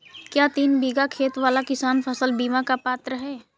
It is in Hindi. क्या तीन बीघा खेत वाला किसान फसल बीमा का पात्र हैं?